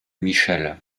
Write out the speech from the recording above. michel